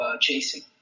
chasing